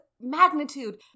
magnitude